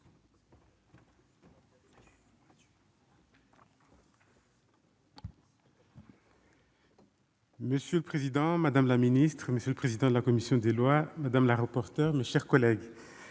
Monsieur le président, madame la secrétaire d'État, monsieur le président de la commission des lois, madame la rapporteure, mes chers collègues,